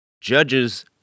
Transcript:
Judges